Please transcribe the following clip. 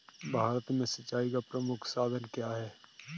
भारत में सिंचाई का प्रमुख साधन क्या है?